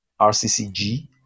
RCCG